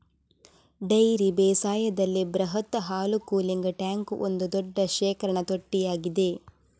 dairy ಬೇಸಾಯದಲ್ಲಿ ಬೃಹತ್ ಹಾಲು ಕೂಲಿಂಗ್ ಟ್ಯಾಂಕ್ ಒಂದು ದೊಡ್ಡ ಶೇಖರಣಾ ತೊಟ್ಟಿಯಾಗಿದೆ